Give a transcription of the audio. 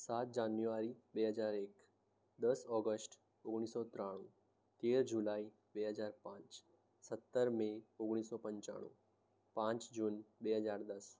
સાત જાન્યુઆરી બે હજાર એક દસ ઑગષ્ટ ઓગણીસો ત્રાણું તેર જુલાઈ બે હજાર પાંચ સત્તર મે ઓગણીસો પંચાણું પાંચ જૂન બે હજાર દસ